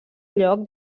lloc